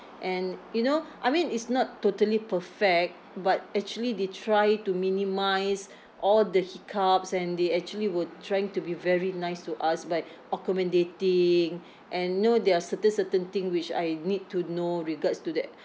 and you know I mean it's not totally perfect but actually they try to minimise all the hiccups and they actually were trying to be very nice to us by accommodating and know there are certain certain thing which I need to know regards to that